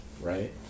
Right